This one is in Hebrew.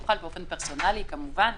הוא חל באופן פרסונלי כמובן.